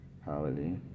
Hallelujah